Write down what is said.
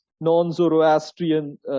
non-Zoroastrian